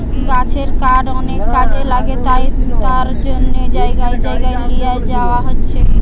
গাছের কাঠ অনেক কাজে লাগে তাই তার জন্যে জাগায় জাগায় লিয়ে যায়া হচ্ছে